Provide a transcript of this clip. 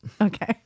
okay